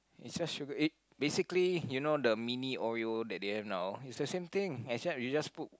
is just sugar eight basically you know the mini oreo that they have now is the same thing except you just put